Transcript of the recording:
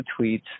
tweets